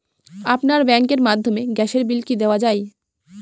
আপনার ব্যাংকের মাধ্যমে গ্যাসের বিল কি দেওয়া য়ায়?